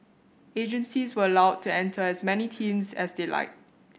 agencies were allowed to enter as many teams as they liked